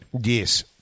Yes